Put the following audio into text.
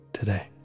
today